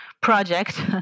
project